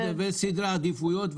ויש סדרי עדיפויות,